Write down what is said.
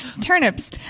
turnips